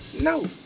No